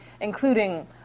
including